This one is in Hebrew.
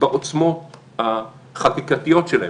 בעוצמות החקיקתיות שלהם.